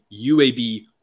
UAB